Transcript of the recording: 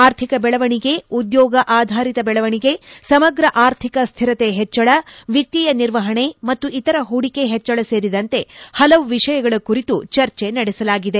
ಅರ್ಥಿಕ ಬೆಳವಣಿಗೆ ಉದ್ಯೋಗ ಆಧಾರಿತ ಬೆಳವಣಿಗೆ ಸಮಗ್ರ ಆರ್ಥಿಕ ಶ್ಯಿರತೆ ಹೆಚ್ಚಳ ವಿತ್ತೀಯ ನಿರ್ವಪಣೆ ಮತ್ತು ಇತರ ಪೂಡಿಕೆ ಹೆಚ್ಚಳ ಸೇರಿದಂತೆ ಪಲವು ವಿಷಯಗಳ ಕುರಿತು ಚರ್ಚೆ ನಡೆಸಲಾಗಿದೆ